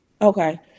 Okay